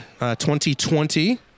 2020